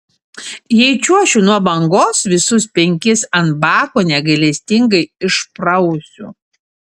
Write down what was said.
jei čiuošiu nuo bangos visus penkis ant bako negailestingai išprausiu